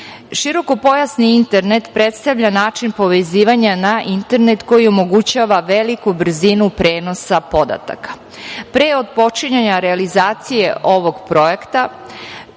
EU.Širokopojasni internet predstavlja način povezivanja na internet koji omogućava veliku brzinu prenosa podataka. Pre otpočinjanja realizacije ovog projekta